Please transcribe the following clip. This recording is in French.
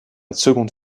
seconde